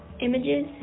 images